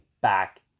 back